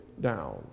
down